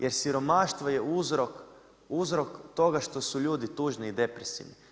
Jer siromaštvo je uzrok toga što su ljudi tužni i depresivni.